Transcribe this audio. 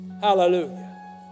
Hallelujah